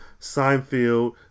Seinfeld